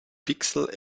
pixel